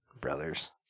brothers